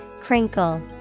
Crinkle